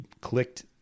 clicked